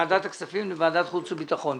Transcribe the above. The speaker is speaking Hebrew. לוועדת הכספים ולוועדת חוץ וביטחון.